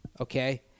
okay